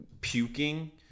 puking